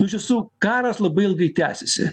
nu iš tiesų karas labai ilgai tęsiasi